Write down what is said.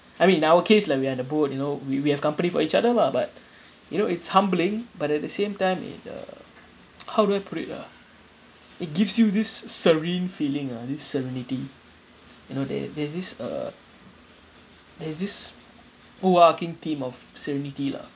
I mean in our case like we're in a boat you know we we have company for each other lah but you know it's humbling but at the same time it uh how do I put it ah it gives you this serene feeling ah this serenity you know there there's this uh there's this whole arching theme of serenity lah